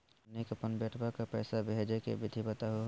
हमनी के अपन बेटवा क पैसवा भेजै के विधि बताहु हो?